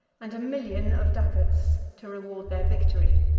and a million of ducats to reward their victory.